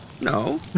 No